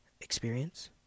experience